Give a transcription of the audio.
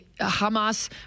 Hamas